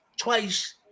twice